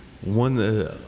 One